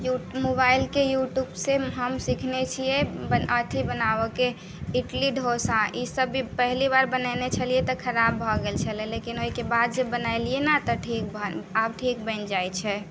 U मोबाइलके यूट्यूबसे हम सीखने छियै बन अथी बनाबऽ के इडली ढोसा ईसब भी पहली बार बनेने छलियै तऽ खराब भऽ गेल छलय लेकिन ओहिके बाद जे बनेलियै ने तऽ ठीक बन आब ठीक बनि जाइ छै